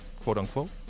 quote-unquote